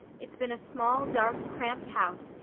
it's been a small, dark, cramped house,